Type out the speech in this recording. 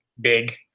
big